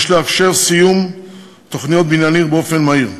יש לאפשר סיום תוכניות בניין עיר באופן מהיר,